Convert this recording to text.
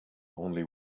only